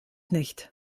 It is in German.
nicht